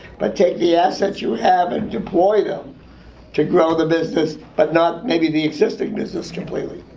but take the asset you have and deploy them to grow the business, but not maybe the existing business completely.